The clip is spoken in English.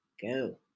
Go